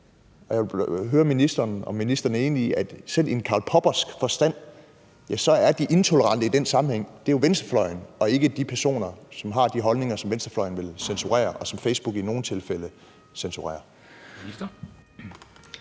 Jeg vil høre, om ministeren er enig i, at selv i en Karl Poppersk forstand er de intolerante i den sammenhæng jo venstrefløjen og ikke de personer, som har de holdninger, som venstrefløjen vil censurere, og som Facebook i nogle tilfælde censurerer. Kl.